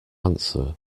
answer